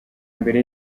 mbere